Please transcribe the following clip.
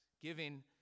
Giving